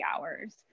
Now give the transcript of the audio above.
hours